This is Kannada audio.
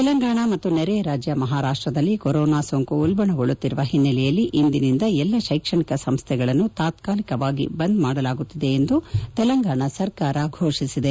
ತೆಲಂಗಾಣ ಮತ್ತು ನೆರೆಯ ರಾಜ್ಯ ಮಹಾರಾಷ್ಸದಲ್ಲಿ ಕೊರೊನಾ ಸೋಂಕು ಉಲ್ಲಣಗೊಳ್ಳುತ್ತಿರುವ ಹಿನ್ನೆಲೆಯಲ್ಲಿ ಇಂದಿನಿಂದ ಎಲ್ಲ ಶೈಕ್ಷಣಿಕ ಸಂಸ್ಥೆಗಳನ್ನು ತಾತಾಲಿಕವಾಗಿ ಬಂದ್ ಮಾಡಲಾಗುತ್ತಿದೆ ಎಂದು ತೆಲಂಗಾಣ ಸರ್ಕಾರ ಫೋಷಿಸಿದೆ